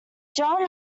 john